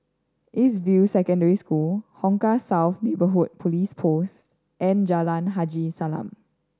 East View Secondary School Hong Kah South Neighbourhood Police Post and Jalan Haji Salam